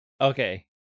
Okay